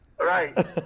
Right